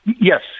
Yes